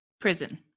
prison